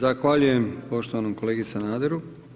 Zahvaljujem poštovanom kolegi Sanaderu.